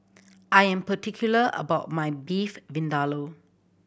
I am particular about my Beef Vindaloo